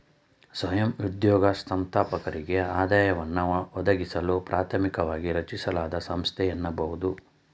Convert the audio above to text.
ಸ್ವಯಂ ಉದ್ಯೋಗ ಸಂಸ್ಥಾಪಕರಿಗೆ ಆದಾಯವನ್ನ ಒದಗಿಸಲು ಪ್ರಾಥಮಿಕವಾಗಿ ರಚಿಸಲಾದ ಸಂಸ್ಥೆ ಎನ್ನಬಹುದು